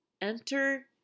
Enter